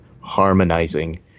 harmonizing